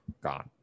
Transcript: God